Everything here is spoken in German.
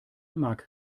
mag